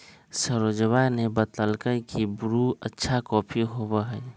सरोजवा ने बतल कई की ब्रू अच्छा कॉफी होबा हई